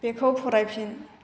बेखौ फरायफिन